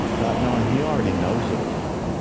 not knowing he already knows it all.